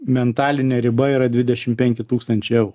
mentalinė riba yra dvidešim penki tūkstančiai eurų